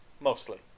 mostly